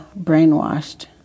brainwashed